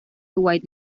white